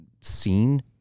seen